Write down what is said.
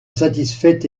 satisfaite